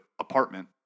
apartment